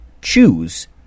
choose